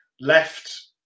left